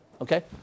Okay